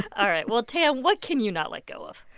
all right. well, tam, what can you not let go of?